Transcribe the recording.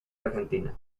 argentina